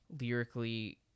Lyrically